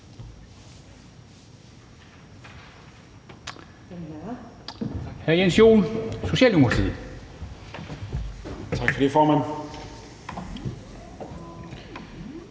Tak for det, formand.